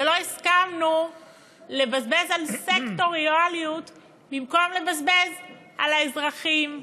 ולא הסכמנו לבזבז על סקטוריאליות במקום לבזבז על האזרחים,